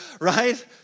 right